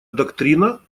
доктрина